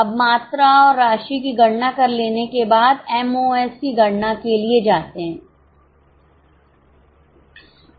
अब मात्रा और राशि की गणना कर लेने के बाद एम ओ एस की गणना के लिए जाते हैं